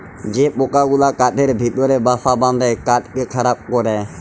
যে পকা গুলা কাঠের ভিতরে বাসা বাঁধে কাঠকে খারাপ ক্যরে